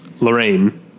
Lorraine